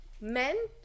men